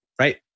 Right